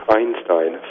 Einstein